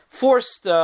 forced